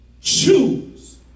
Choose